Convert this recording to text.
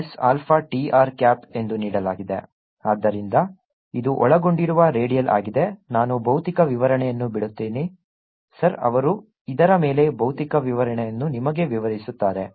E 0nαR2 S ER0 0n22 I0αtr ಆದ್ದರಿಂದ ಇದು ಒಳಗೊಂಡಿರುವ ರೇಡಿಯಲ್ ಆಗಿದೆ ನಾನು ಭೌತಿಕ ವಿವರಣೆಯನ್ನು ಬಿಡುತ್ತೇನೆ ಸರ್ ಅವರು ಇದರ ಮೇಲೆ ಭೌತಿಕ ವಿವರಣೆಯನ್ನು ನಿಮಗೆ ವಿವರಿಸುತ್ತಾರೆ